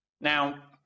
Now